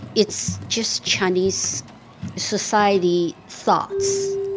it's just chinese society thoughts.